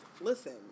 listen